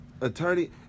Attorney